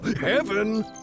Heaven